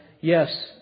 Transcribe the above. Yes